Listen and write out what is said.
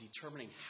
determining